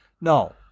No